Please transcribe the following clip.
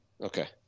Okay